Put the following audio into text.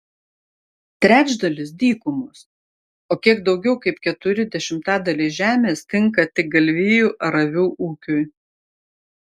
trečdalis dykumos o kiek daugiau kaip keturi dešimtadaliai žemės tinka tik galvijų ar avių ūkiui